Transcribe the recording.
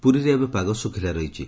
ପୁରୀରେ ଏବେ ପାଗ ଶ୍ରଖିଲା ରହିଛି